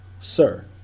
sir